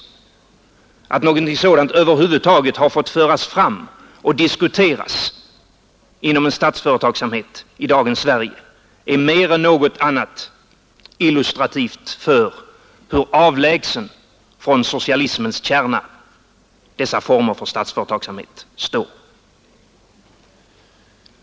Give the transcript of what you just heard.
Att någonting sådant över huvud taget har fått föras fram och diskuteras inom en statsföretagsamhet i dagens Sverige är mer än något annat illustrativt för hur avlägset från socialismens kärna dessa former för statsföretagsamhet står.